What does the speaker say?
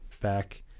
back